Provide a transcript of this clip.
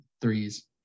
threes